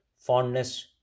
Fondness